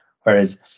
Whereas